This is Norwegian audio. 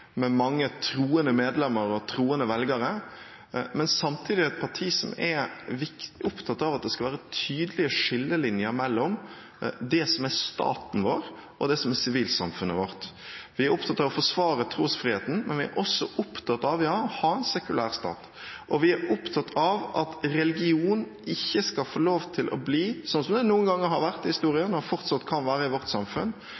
men samtidig et parti som er opptatt av at det skal være tydelige skillelinjer mellom det som er staten vår, og det som er sivilsamfunnet vårt. Vi er opptatt av å forsvare trosfriheten, men vi er også opptatt av å ha en sekulær stat, og vi er opptatt av at religion ikke skal få lov til å bli – sånn som det noen ganger har vært